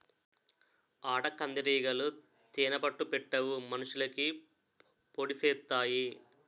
ఆటకందిరీగలు తేనే పట్టు పెట్టవు మనుషులకి పొడిసెత్తాయి